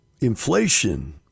inflation